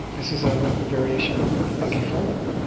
this is a variation on bucky fuller.